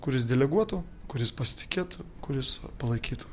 kuris deleguotų kuris pasitikėtų kuris palaikytų